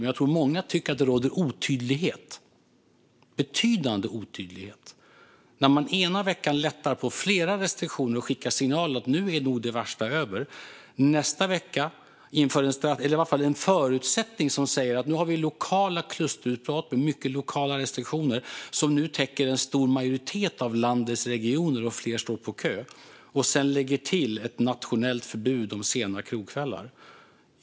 Men jag tror att många tycker att det råder otydlighet, en betydande otydlighet. Ena veckan lättar man på flera restriktioner och skickar signalen att nu är nog det värsta över. Andra veckan säger man att vi nu har lokala klusterutbrott med mycket lokala restriktioner som nu täcker en stor majoritet av landets regioner, och fler står på kö. Sedan lägger man till ett nationellt förbud mot sena krogkvällar.